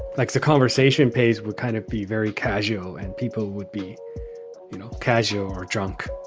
next, a conversation pays' would kind of be very casual and people would be you know casual or drunk